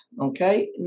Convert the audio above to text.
okay